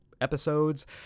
episodes